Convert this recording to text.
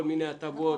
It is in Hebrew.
כל מיני הטבות,